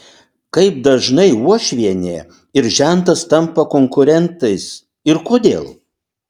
kaip dažnai uošvienė ir žentas tampa konkurentais ir kodėl